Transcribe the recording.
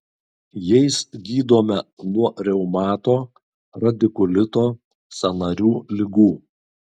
jais gydome nuo reumato radikulito sąnarių ligų